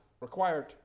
required